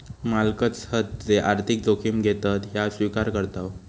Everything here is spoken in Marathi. मालकच हत जे आर्थिक जोखिम घेतत ह्या स्विकार करताव